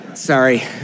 Sorry